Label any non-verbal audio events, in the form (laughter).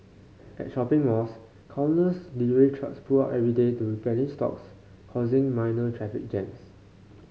at shopping malls countless delivery trucks pull up every day to (unintelligible) stocks causing minor traffic jams